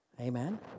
Amen